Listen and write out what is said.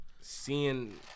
Seeing